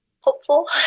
Hopeful